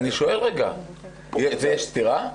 אני שואל יש סתירה?